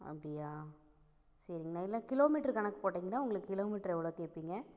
அப்படியாக சரிங்கண்ணா இல்லைனா கிலோ மீட்ருக்கு கணக்கு போட்டிங்கனா உங்களுக்கு கிலோ மீட்ரு எவ்வளோ கேட்பீங்க